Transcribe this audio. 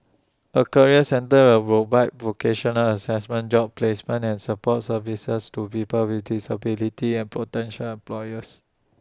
A career centre are vocational Assessment job placement and support services to people with disabilities and potential employers